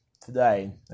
today